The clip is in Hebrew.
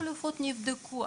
בעיקרון החלופות נבדקות,